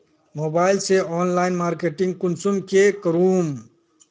Mobile से online marketing कुंसम के करूम?